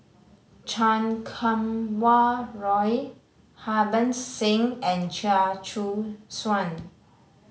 Chan Kum Wah Roy Harbans Singh and Chia Choo Suan